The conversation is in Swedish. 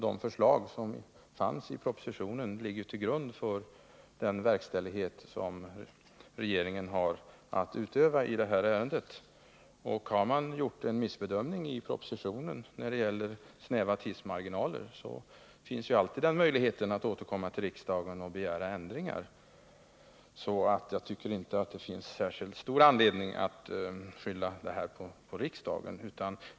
De förslag som fanns i propositionen ligger ju också till grund för den verkställighet som regeringen har att utöva i detta ärende. Har man gjort en missbedömning i propositionen när det gäller snäva tidsmarginaler, så finns alltid möjligheten att återkomma till riksdagen och begära ändringar. Därför tycker jag inte att det finns särskilt stor anledning att skylla på riksdagen.